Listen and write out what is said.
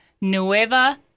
Nueva